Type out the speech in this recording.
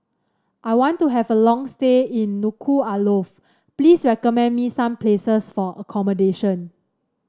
I want to have a long stay in Nuku'alofa please recommend me some places for accommodation